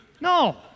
No